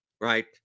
right